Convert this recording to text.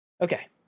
Okay